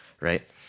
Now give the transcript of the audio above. right